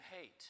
hate